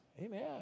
Amen